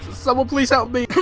someone please help me